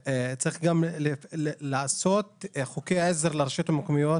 צריך לעשות חוקי עזר לרשויות המקומיות